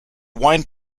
wine